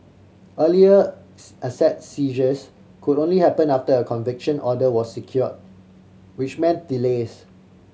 earlier asset seizures could only happen after a conviction order was secured which meant delays